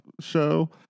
show